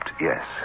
yes